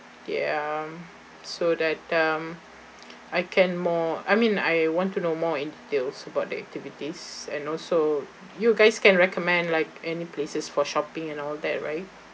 ya so that um I can more I mean I want to know more in details about the activities and also you guys can recommend like any places for shopping and all that right